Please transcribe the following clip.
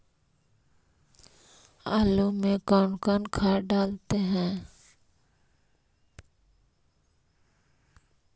आलू में कौन कौन खाद डालते हैं?